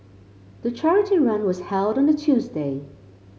the charity run was held on a Tuesday